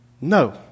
no